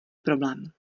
problém